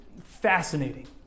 fascinating